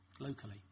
locally